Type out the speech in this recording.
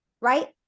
Right